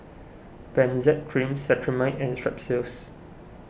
Benzac Cream Cetrimide and Strepsils